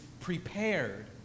prepared